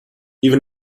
even